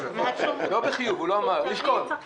הוא תמיד צריך